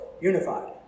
unified